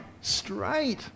straight